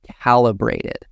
calibrated